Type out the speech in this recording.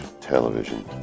television